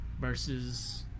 versus